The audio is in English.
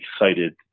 excited